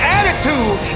attitude